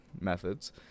methods